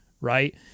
right